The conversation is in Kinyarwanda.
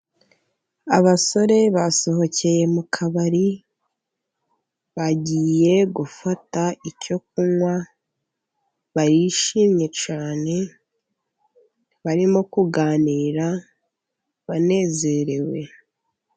Abasore basohokeye mu kabari, bagiye gufata icyo kunywa barishimye cyane, barimo kuganira banezerewe.